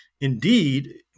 Indeed